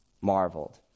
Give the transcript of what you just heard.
marveled